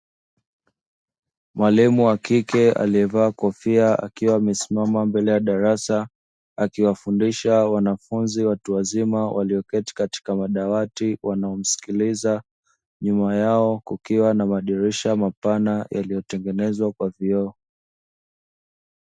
Mwalimu wa kike aliyevaa kofia akiwa amesimama mbele ya darasa, akiwafundisha wanafunzi watu wazima walioketi katika madawati wanaomsikiliza, nyuma yao kukiwa na madirisha mapana yaliyotengenezwa kwa vioo.